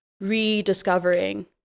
rediscovering